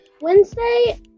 Wednesday